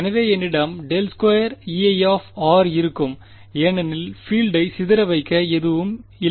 எனவே என்னிடம் ∇2Ei இருக்கும் ஏனெனில் பீல்டை சிதற வைக்க எதுவும் எதுவும் இல்லை